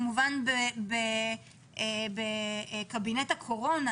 אבל אני מבקשת שתדונו בזה כמובן בקבינט הקורונה